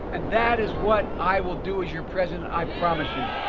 and that is what i will do as your president, i promise you.